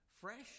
fresh